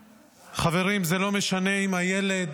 חברים, זה לא משנה אם הילד